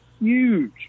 huge